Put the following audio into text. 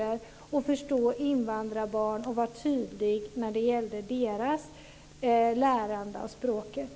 Det gäller ju också att förstå invandrarbarn och vara tydlig när det gäller deras lärande av språket.